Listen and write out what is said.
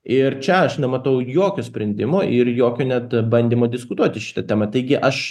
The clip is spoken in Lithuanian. ir čia aš nematau jokio sprendimo ir jokio net bandymo diskutuoti šita tema taigi aš